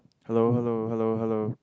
hello hello hello hello